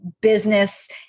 business